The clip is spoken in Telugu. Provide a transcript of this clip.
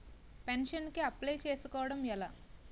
పెన్షన్ కి అప్లయ్ చేసుకోవడం ఎలా?